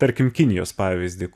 tarkim kinijos pavyzdį